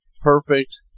Perfect